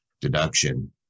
deduction